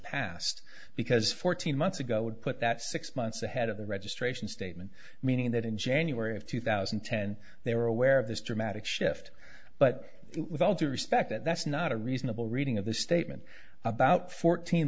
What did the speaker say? past because fourteen months ago would put that six months ahead of the registration statement meaning that in january of two thousand and ten they were aware of this dramatic shift but with all due respect that's not a reasonable reading of the statement about fourteen